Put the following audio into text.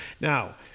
Now